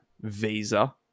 visa